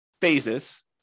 phases